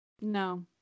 No